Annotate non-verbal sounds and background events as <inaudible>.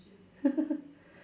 <laughs>